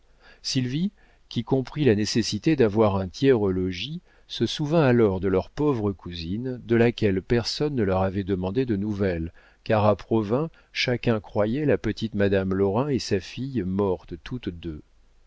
sylvie qui comprit la nécessité d'avoir un tiers au logis se souvint alors de leur pauvre cousine de laquelle personne ne leur avait demandé de nouvelles car à provins chacun croyait la petite madame lorrain et sa fille mortes toutes deux